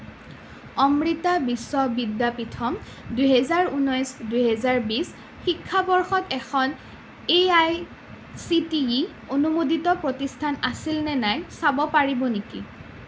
অমৃতা বিশ্ব বিদ্যাপীথম দুই হাজাৰ উনৈছ দুই হাজাৰ বিছ শিক্ষাবৰ্ষত এখন A I C T E অনুমোদিত প্ৰতিষ্ঠান আছিল নে নাই চাব পাৰিব নেকি